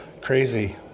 crazy